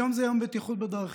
היום זה יום הבטיחות בדרכים,